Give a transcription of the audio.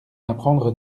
apprendre